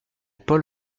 paul